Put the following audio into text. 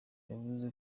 yavuze